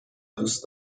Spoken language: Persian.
دوست